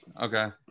okay